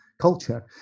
culture